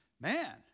man